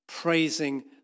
praising